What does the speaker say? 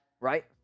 right